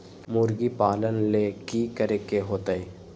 मुर्गी पालन ले कि करे के होतै?